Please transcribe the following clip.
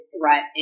threat